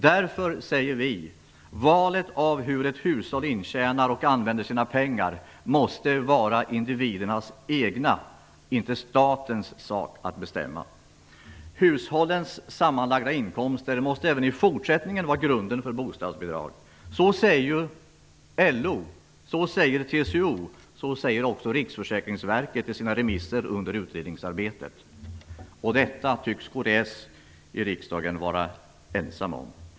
Därför säger vi: Valet av hur ett hushåll intjänar och använder sina pengar måste vara individernas eget, inte statens. Hushållens sammanlada inkomst måste även i fortsättningen vara grunden för bostadsbidrag. Så säger LO, TCO och Riksförsäkringsverket i sina remissvar under utredningsarbetet. Detta tycks kds vara ensamt om i riksdagen.